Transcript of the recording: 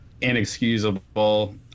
inexcusable